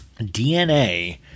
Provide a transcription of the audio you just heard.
DNA